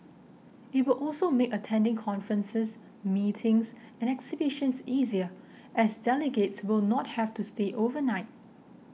it will also make attending conferences meetings and exhibitions easier as delegates will not have to stay overnight